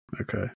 Okay